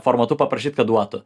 formatu paprašyt kad duotų